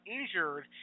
injured